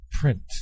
print